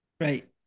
Right